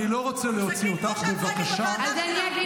אני רוצה שתוסיף לי זמן כל עוד היא מפריעה.